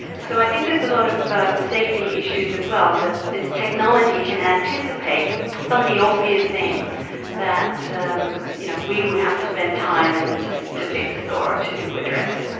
so i think there's a lot of safety issues as well. this technology can anticipate some of the obvious things that um you know we would have to spend time and to fix or to address.